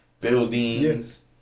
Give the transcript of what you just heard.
buildings